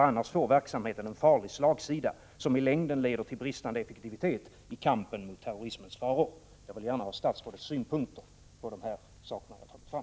Annars får verksamheten en farlig slagsida, som i längden leder till bristande effektivitet i kampen mot terrorismens faror. Jag vill gärna ha statsrådets synpunkter på de frågor jag fört fram.